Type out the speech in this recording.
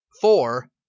four